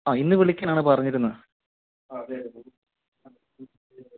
ആ ഇന്ന് വിളിക്കാനാണ് പറഞ്ഞിരുന്നത്